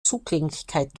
zugänglichkeit